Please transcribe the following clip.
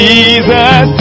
Jesus